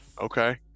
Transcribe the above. Okay